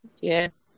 Yes